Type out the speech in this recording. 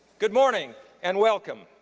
good morning and welcome.